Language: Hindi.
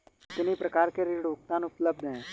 कितनी प्रकार के ऋण भुगतान उपलब्ध हैं?